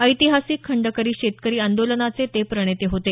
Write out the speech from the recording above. ऐतिहासिक खंडकरी शेतकरी आंदोलनाचे ते प्रणेते होते